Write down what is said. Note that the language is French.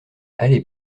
allez